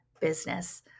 business